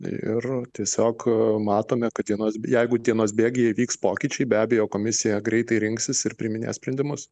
ir tiesiog matome kad dienos jeigu dienos bėgyje įvyks pokyčiai be abejo komisija greitai rinksis ir priiminės sprendimus